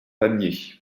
pamiers